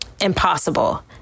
impossible